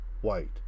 white